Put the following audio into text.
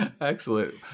excellent